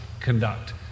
conduct